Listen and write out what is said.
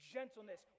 gentleness